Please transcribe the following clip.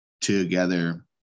together